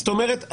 זאת אומרת,